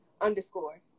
underscore